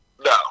No